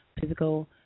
physical